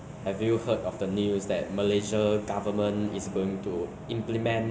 uh december thirty first so I think after december thirty first we then we can